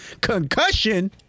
Concussion